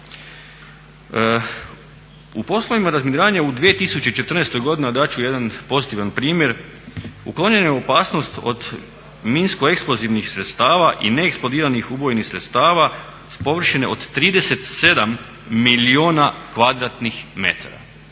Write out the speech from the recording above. U poslovima razminiravanja u 2014., a dat ću jedan pozitivan primjer, uklonjena je opasnost od minsko-eksplozivnih sredstava i neeksplodiranih ubojnih sredstava s površine od 37 milijuna kvadratnih metara.